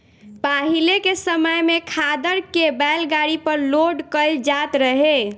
पाहिले के समय में खादर के बैलगाड़ी पर लोड कईल जात रहे